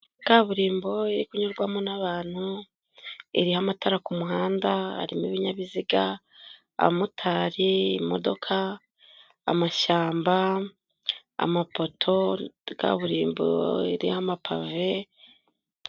Kaburimbo yo kunyurwamo n'abantu, iriho amatara ku muhanda, harimo ibinyabiziga, aba motari, imodoka, amashyamba, amapoto, kaburimbo iriho amapave.